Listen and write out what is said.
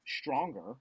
stronger